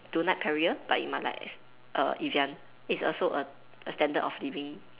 don't like perrier but you might like it's Evian it's also a standard of living